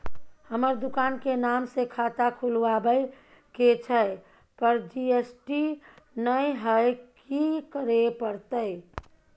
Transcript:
हमर दुकान के नाम से खाता खुलवाबै के छै पर जी.एस.टी नय हय कि करे परतै?